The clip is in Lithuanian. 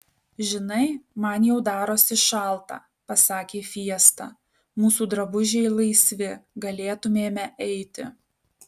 žinai man jau darosi šalta pasakė fiesta mūsų drabužiai laisvi galėtumėme eiti